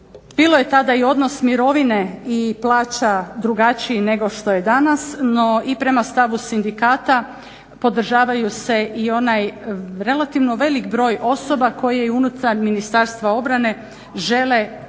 bilo je tada i odnos mirovine i plaća drugačiji nego što je danas, no i prema stavu sindikata podržavaju se i oni relativno velik broj osoba koje i unutar Ministarstva obrane žele raditi